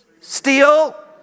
steal